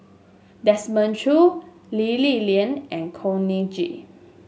Desmond Choo Lee Li Lian and Khor Ean Ghee